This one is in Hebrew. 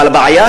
אבל הבעיה,